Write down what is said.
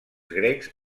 grecs